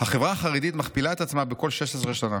"החברה החרדית מכפילה את עצמה בכל 16 שנה.